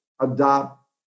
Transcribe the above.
Adopt